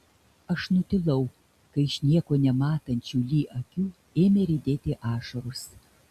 aš nutilau kai iš nieko nematančių li akių ėmė riedėti ašaros